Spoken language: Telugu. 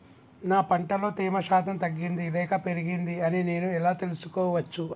నా పంట లో తేమ శాతం తగ్గింది లేక పెరిగింది అని నేను ఎలా తెలుసుకోవచ్చు?